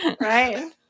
Right